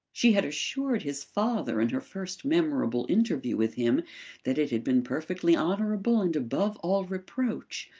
she had assured his father in her first memorable interview with him that it had been perfectly honourable and above all reproach.